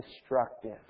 destructive